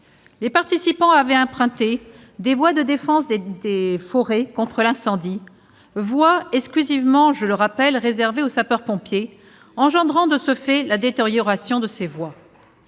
Les participants avaient emprunté des voies de défense des forêts contre l'incendie, exclusivement réservées aux sapeurs-pompiers, ce qui a engendré la détérioration de ces voies